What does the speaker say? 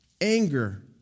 anger